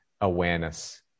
awareness